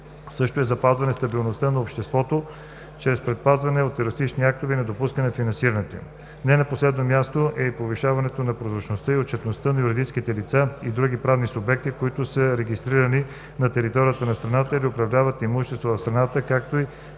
също е запазване стабилността на обществото чрез предпазване от терористични актове и недопускане на финансирането им. Не на последно място е и повишаването на прозрачността и отчетността на юридическите лица и другите правни субекти, които са регистрирани на територията на страната или управляват имущество в страната, както и